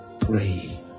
pray